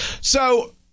So-